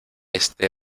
este